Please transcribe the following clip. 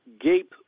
gape